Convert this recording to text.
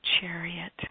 chariot